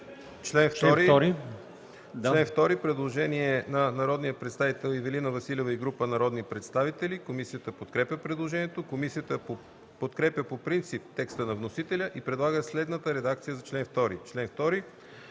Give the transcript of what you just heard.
чл. 2 има предложение на народния представител Ивелина Василева и група народни представители. Комисията подкрепя предложението. Комисията подкрепя по принцип текста на вносителя и предлага следната редакция за чл.